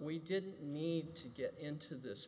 we didn't need to get into this